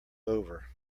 over